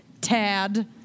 Tad